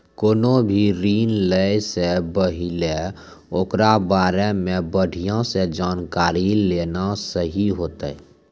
कोनो भी ऋण लै से पहिले ओकरा बारे मे बढ़िया से जानकारी लेना सही होतै